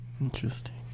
Interesting